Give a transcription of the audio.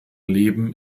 leben